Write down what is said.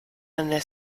eine